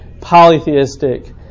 polytheistic